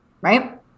Right